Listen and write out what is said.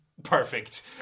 Perfect